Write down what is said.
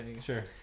Sure